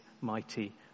mighty